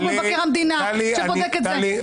חוק מבקר המדינה שבודק את זה.